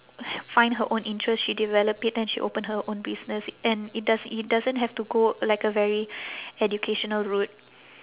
find her own interest she develop it then she open her own business and it does it doesn't have to go like a very educational road